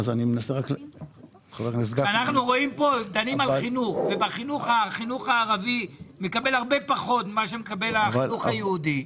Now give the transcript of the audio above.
אנחנו דנים כאן והחינוך הערבי מקבל הרבה פחות ממה שמקבל החינוך היהודי.